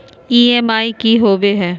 EMI की होवे है?